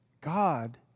God